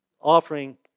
offering